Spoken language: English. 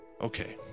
okay